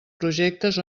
projectes